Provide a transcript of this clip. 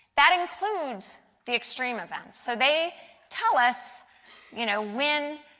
that includes the extreme events. so they tell us you know when,